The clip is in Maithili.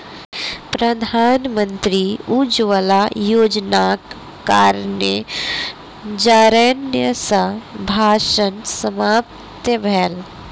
प्रधानमंत्री उज्ज्वला योजनाक कारणेँ जारैन सॅ भानस समाप्त भेल